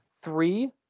Three